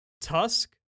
Tusk